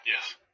Yes